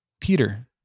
Peter